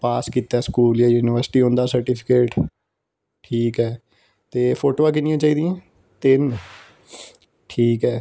ਪਾਸ ਕੀਤਾ ਸਕੂਲ ਜਾਂ ਯੂਨੀਵਰਸਿਟੀ ਉਹਨਦਾ ਸਰਟੀਫਿਕੇਟ ਠੀਕ ਹੈ ਅਤੇ ਫੋਟੋਆਂ ਕਿੰਨੀਆਂ ਚਾਹੀਦੀਆਂ ਤਿੰਨ ਠੀਕ ਹੈ